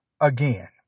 again